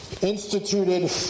instituted